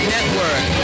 Network